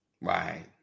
right